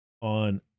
on